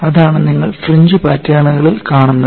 അതാണ് നിങ്ങൾ ഫ്രിഞ്ച് പാറ്റേണുകളിൽ കാണുന്നത്